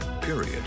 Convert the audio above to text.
period